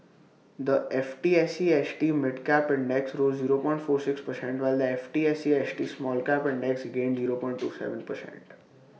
the F T S E S T mid cap index rose zero point four six percent while the F T S E S T small cap index gained zero point two Seven percent